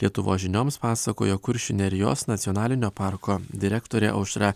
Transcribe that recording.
lietuvos žinioms pasakojo kuršių nerijos nacionalinio parko direktorė aušra